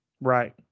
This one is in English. right